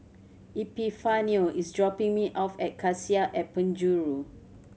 Epifanio is dropping me off at Cassia at Penjuru